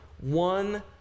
one